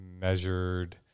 measured